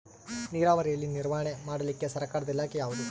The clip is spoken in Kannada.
ನೇರಾವರಿಯಲ್ಲಿ ನಿರ್ವಹಣೆ ಮಾಡಲಿಕ್ಕೆ ಸರ್ಕಾರದ ಇಲಾಖೆ ಯಾವುದು?